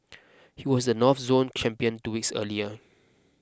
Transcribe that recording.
he was the North Zone champion two weeks earlier